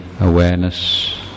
awareness